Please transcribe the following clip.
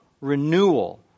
renewal